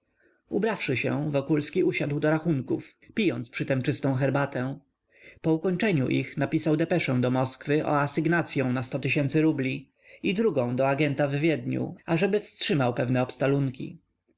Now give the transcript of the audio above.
ubrawszy się wokulski usiadł do rachunków pijąc przytem czystą herbatę po ukończeniu ich napisał depeszę do moskwy o asygnącyą na sto tysięcy rubli i drugą do agenta w wiedniu ażeby wstrzymał pewne